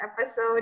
episode